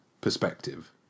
perspective